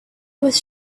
was